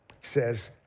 says